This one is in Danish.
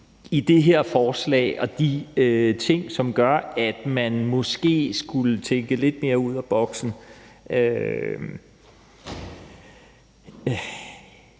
i det her forslag og ting, som gør, at man måske skulle tænke lidt mere ud af boksen.